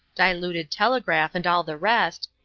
diluted telegraph, and all the rest,